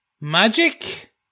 magic